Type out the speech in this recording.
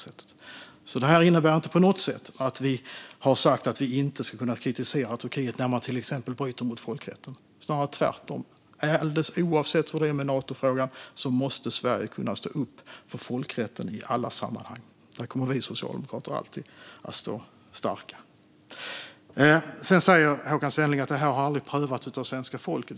Detta innebär alltså inte på något sätt att vi har sagt att vi inte ska kunna kritisera Turkiet när landet till exempel bryter mot folkrätten, utan det är snarare tvärtom. Alldeles oavsett hur det är med Natofrågan måste Sverige kunna stå upp för folkrätten i alla sammanhang. Där kommer vi socialdemokrater att stå starka. Håkan Svenneling säger att detta aldrig har prövats av svenska folket.